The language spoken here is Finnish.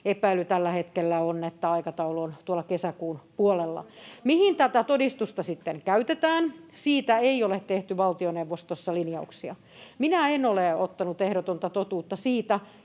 epäily tällä hetkellä on, että aikataulu on tuolla kesäkuun puolella. [Sari Sarkomaan välihuuto] Mihin tätä todistusta sitten käytetään? Siitä ei ole tehty valtioneuvostossa linjauksia. Minä en ole ottanut ehdotonta totuutta siitä,